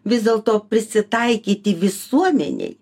vis dėlto prisitaikyti visuomenėj